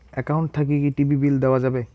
Account থাকি কি TV bill দেওয়া যাবে?